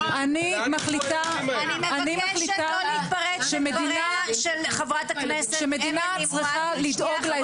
--- אני מבקשת לא להתפרץ לדבריה של חברת הכנסת אמילי מואטי.